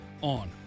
on